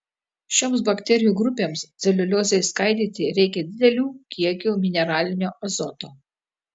šioms bakterijų grupėms celiuliozei skaidyti reikia didelių kiekių mineralinio azoto